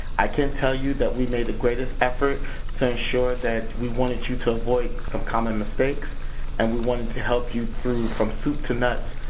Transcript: i can tell you that we made the greatest effort to ensure that we wanted you to avoid some common mistakes and we wanted to help you through, from soup to nuts,